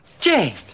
James